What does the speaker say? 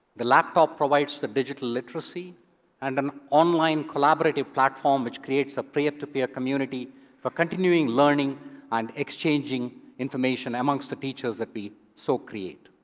the laptop provides the digital literacy and an online collaborative platform, which creates a peer-to-peer community for continuing learning and exchanging information amongst the teachers that we so create.